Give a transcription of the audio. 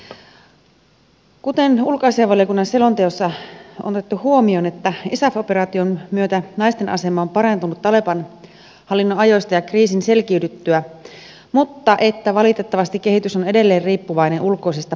kuten ulkoasiainvaliokunnan selonteossa on otettu huomioon isaf operaation myötä naisten asema on parantunut taleban hallinnon ajoista ja kriisin selkiydyttyä mutta valitettavasti kehitys on edelleen riippuvainen ulkoisesta paineesta